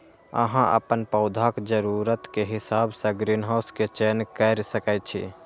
अहां अपन पौधाक जरूरत के हिसाब सं ग्रीनहाउस के चयन कैर सकै छी